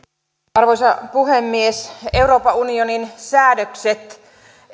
arvoisa puhemies euroopan unionin säädökset